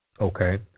Okay